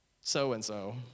so-and-so